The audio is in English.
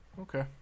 okay